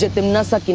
timnasa